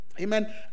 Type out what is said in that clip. Amen